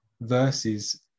versus